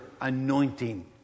anointing